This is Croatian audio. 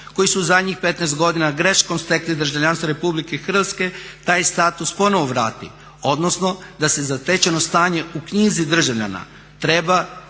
koje su u zadnjih 15 godina greškom stekli državljanstvo Republike Hrvatske taj status ponovno vrati, odnosno da se zatečeno stanje u Knjizi državljana treba pravno